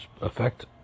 effect